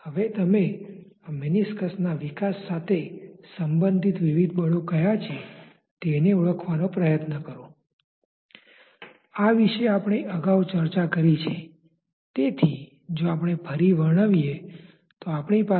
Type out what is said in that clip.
વેગ પ્રોફાઇલ પ્રવાહી પર પ્લેટ દ્વારા ચોખ્ખો ડ્રેગ ફોર્સ